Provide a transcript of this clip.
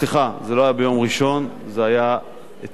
סליחה, זה לא היה ביום ראשון, זה היה אתמול.